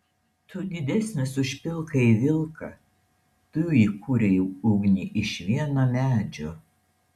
tu didesnis už pilkąjį vilką tu įkūrei ugnį iš vieno medžio